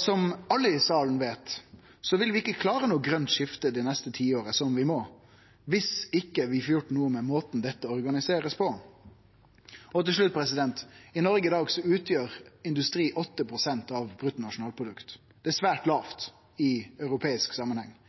Som alle i salen veit, vil vi ikkje klare noko grønt skifte det neste tiåret, som vi må, dersom vi ikkje får gjort noko med måten dette blir organisert på. Til slutt: I Noreg i dag utgjer industri 8 pst. av bruttonasjonalprodukt. Det er svært lågt i europeisk samanheng.